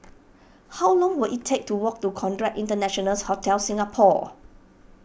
how long will it take to walk to Conrad International Hotel Singapore